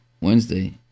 Wednesday